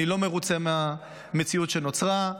אני לא מרוצה מהמציאות שנוצרה,